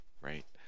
right